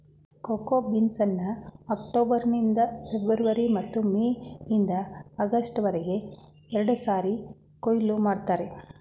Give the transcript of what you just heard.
cocoa ಬೀನ್ಸ್ನ October ನಿಂದ February ಮತ್ತು ಮೇ ಇಂದ ಆಗಸ್ಟ್ ವರ್ಗೆ ಎರಡ್ಸಾರಿ ಕೊಯ್ಲು ಮಾಡ್ತರೆ